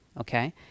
okay